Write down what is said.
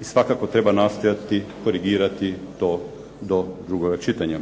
i svakako treba nastojati korigirati to do drugoga čitanja.